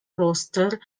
roster